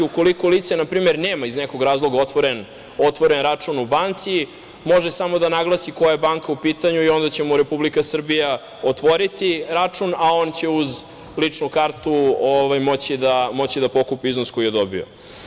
Ukoliko lice, na primer, nema iz nekog razloga otvoren račun u banci, može samo da naglasi koja je banka u pitanju i onda će mu Republika Srbija otvoriti račun, a on će uz ličnu kartu moći da pokupi iznos koji je dobio.